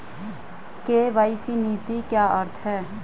KYC नीति का क्या अर्थ है?